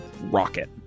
rocket